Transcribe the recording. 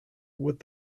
with